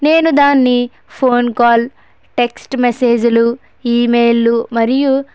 నేను దాన్ని phone call text మెసేజ్లు ఈమెయిల్లు మరియు